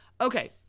Okay